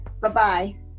Bye-bye